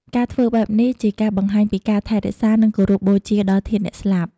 ការធ្វើបែបនេះ ជាការបង្ហាញពីការថែរក្សា និងគោរពបូជាដល់ធាតុអ្នកស្លាប់។